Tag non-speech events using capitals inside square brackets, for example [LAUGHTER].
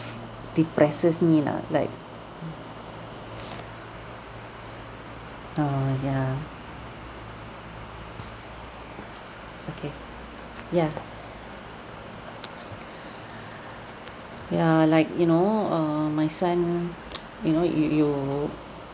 depresses me lah like [BREATH] uh ya okay ya ya like you know err my son [NOISE] you know you you